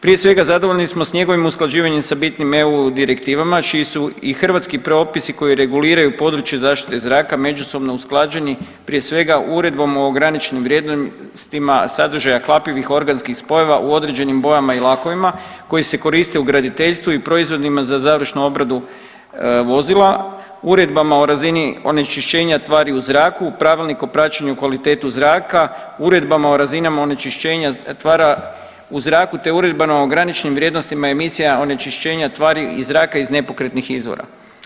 Prije svega zadovoljni smo s njegovim usklađivanjem s bitnim EU direktivama čiji su i hrvatski propisi koji reguliraju područje zaštite zraka međusobno usklađeni prije svega uredbom o graničnim vrijednostima sadržaja hlapivih organskih spojeva u određenim bojama i lakovima koji se koriste u graditeljstvu i proizvodima za završnu obradu vozila, uredbama o razini onečišćenja tvari u zraku, Pravilnik o praćenju kvalitetu zraka, uredbama o razinama onečišćenja tvara u zraku te uredbama o graničnim vrijednostima emisija onečišćenja tvari i zraka iz nepokretnih izvora.